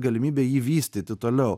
galimybę jį vystyti toliau